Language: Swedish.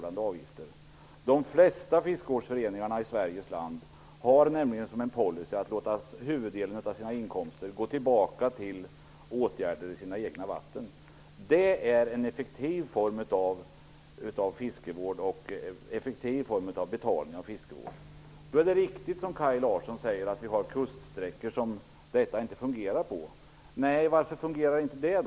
De flesta fiskevårdsföreningar i vårt land har nämligen som policy att låta huvuddelen av sina inkomster gå tillbaka till åtgärder i de egna vattnen. Det är en effektiv form av fiskevård och finansiering av fiskevård. Det är riktigt, som Kaj Larsson säger, att det finns kuststräckor där detta inte fungerar. Och vad är anledningen till det?